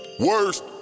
Worst